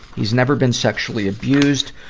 he's never been sexually abused.